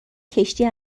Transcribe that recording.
کشتی